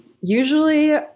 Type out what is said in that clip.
usually